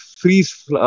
freeze